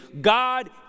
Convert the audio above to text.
God